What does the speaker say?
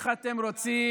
אלעזר,